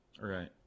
Right